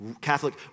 Catholic